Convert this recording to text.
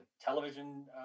television